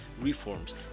reforms